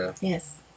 yes